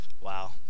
Wow